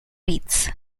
rates